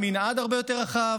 מנעד הרבה יותר רחב.